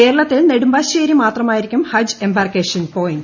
കേരളത്തിൽ നെടുമ്പാശ്ശേരി മാത്രമായിരിക്കും ഹജ്ജ് എമ്പാർക്കേഷൻ പോയിന്റ്